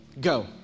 go